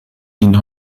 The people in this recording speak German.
ihnen